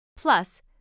Plus